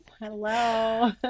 Hello